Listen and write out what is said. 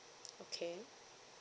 okay